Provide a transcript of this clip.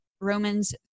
Romans